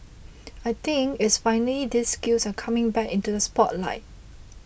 I think it's finally these skills are coming back into the spotlight